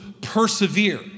persevere